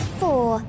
four